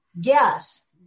Yes